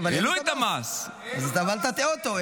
העלו את המס, אז אל תטעה אותו.